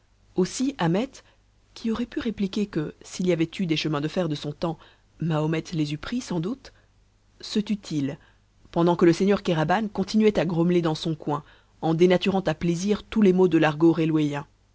aussi ahmet qui aurait pu répliquer que s'il y avait eu des chemins de fer de son temps mahomet les eût pris sans doute se tut il pendant que le seigneur kéraban continuait à grommeler dans son coin en dénaturant à plaisir tous les mots de l'argot